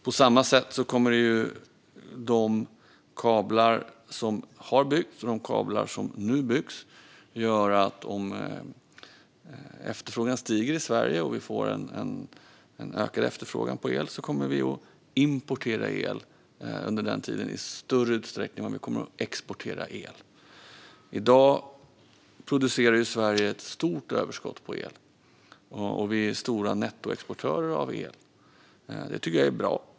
På samma sätt kommer de kablar som byggs och har byggts att få till följd att vi i större utsträckning kommer att importera el om efterfrågan stiger i Sverige. I dag producerar Sverige ett stort överskott på el, och vi är stora nettoexportörer av el. Det tycker jag är bra.